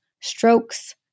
strokes